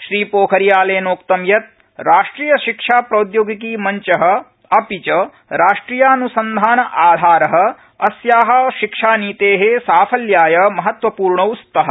श्रीपोखरियालेनोक्तम् यत् राष्ट्रियशिक्षाप्रौद्योगिकी मञ्च अपि च राष्ट्रियान्संधान आधार अस्या शिक्षानीते साफल्याय महत्वपूर्णौ स्तः